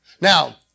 Now